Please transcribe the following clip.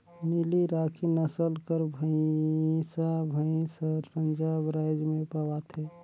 नीली राकी नसल कर भंइसा भंइस हर पंजाब राएज में पवाथे